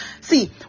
See